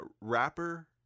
rapper